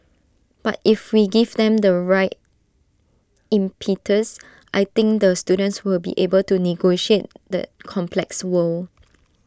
but if we give them the right impetus I think the students will be able to negotiate the complex world